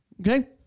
Okay